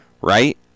right